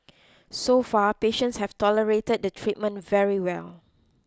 so far patients have tolerated the treatment very well